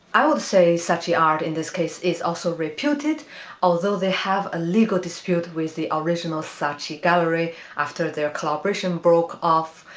i would say saatchi art this case is also reputed although they have a legal dispute with the original saatchi gallery after their collaboration broke off,